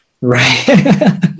Right